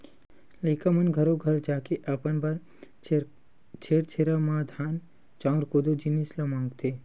लइका मन घरो घर जाके अपन बर छेरछेरा म धान, चाँउर, कोदो, जिनिस ल मागथे